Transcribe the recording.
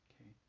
Okay